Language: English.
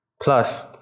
Plus